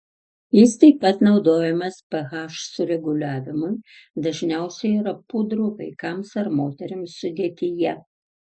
jis taip pat naudojamas ph sureguliavimui dažniausiai yra pudrų vaikams ar moterims sudėtyje